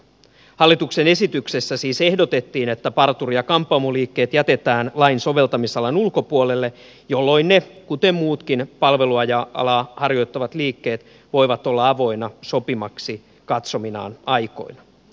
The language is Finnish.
hallituksen esityksessä siis ehdotettiin että parturi ja kampaamoliikkeet jätetään lain soveltamisalan ulkopuolelle jolloin ne kuten muutkin palvelualaa harjoittavat liikkeet voivat olla avoinna sopiviksi katsominaan aikoina